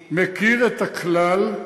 -- אני מכיר את הכלל,